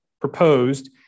proposed